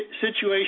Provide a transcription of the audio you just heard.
situation